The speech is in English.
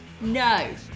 No